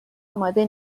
آماده